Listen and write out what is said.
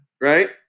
right